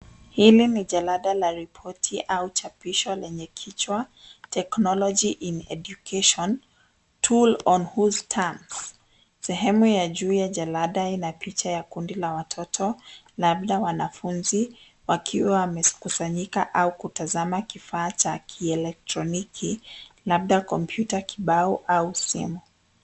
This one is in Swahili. Hili ni jalada la ripoti au chapisho lenye kichwa TECHNOLOGY IN EDUCATION TOOL ON WHOSE TERMS.Sehemu ya juu ya jalada ina picha ya kundi la watoto labda wanafunzi wakiwa wamekusanyika au kutazama kifaa cha kieletroniki labda kompyuta kibao au simu.